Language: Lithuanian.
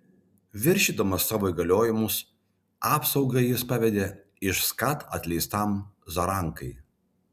viršydamas savo įgaliojimus apsaugą jis pavedė iš skat atleistam zarankai